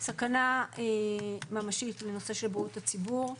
סכנה ממשית בנושא של בריאות הציבור.